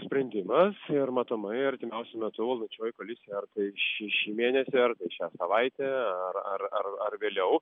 sprendimas ir matomai artimiausiu metu valdančioji koalicija ar tai šį šį mėnesį ar tai šią savaitę ar ar ar ar vėliau